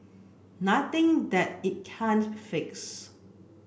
nothing that it can't fix